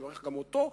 אני מברך גם אותו,